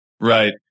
Right